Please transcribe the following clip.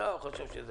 חשב שזה